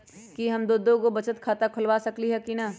कि हम दो दो गो बचत खाता खोलबा सकली ह की न?